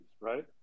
right